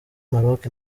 maroc